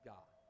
God